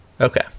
Okay